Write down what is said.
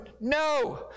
No